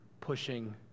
pushing